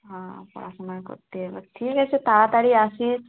হ্যাঁ পড়াশোনা করতে হবে ঠিক আছে তাড়াতাড়ি আসিস